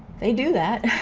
they do that!